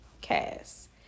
cast